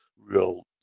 real